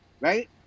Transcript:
Right